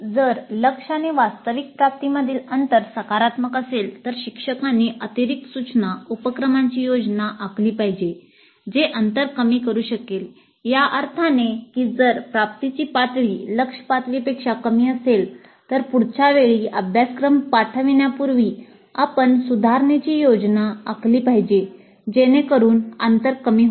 जर लक्ष्य आणि वास्तविक प्राप्तीमधील अंतर सकारात्मक असेल तर शिक्षकांनी अतिरिक्त सूचना उपक्रमांची योजना आखली पाहिजे जे अंतर कमी करू शकेल या अर्थाने की जर प्राप्तीची पातळी लक्ष्य पातळीपेक्षा कमी असेल तर पुढच्या वेळी अभ्यासक्रम पाठविण्यापूर्वी आपण सुधारणेची योजना आखली पाहिजे जेणेकरून अंतर कमी होईल